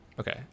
Okay